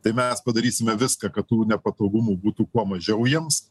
tai mes padarysime viską kad tų nepatogumų būtų kuo mažiau jiems